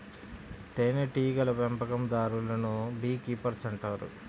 తేనెటీగల పెంపకందారులను bee keepers అంటారు